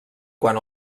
quan